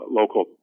local